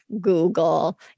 Google